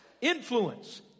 Influence